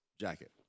jacket